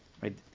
right